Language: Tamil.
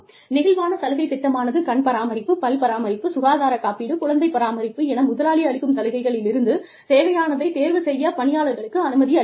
நெகிழ்வான சலுகை திட்டமானது கண் பராமரிப்பு பல் பராமரிப்பு சுகாதார காப்பீடு குழந்தை பராமரிப்பு என முதலாளி அளிக்கும் சலுகைகளிலிருந்து தேவையானதைத் தேர்வு செய்ய பணியாளர்களுக்கு அனுமதி அளிக்கிறது